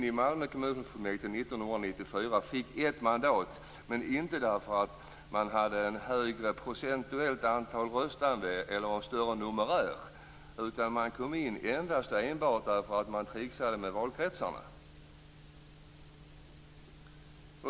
De kom i Malmö kommunfullmäktige 1994 och fick ett mandat, men inte därför att de hade en högre procentandel röstande eller större numerär utan endast därför att de tricksade med valkretsarna.